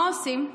מה עושים?